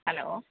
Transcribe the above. hello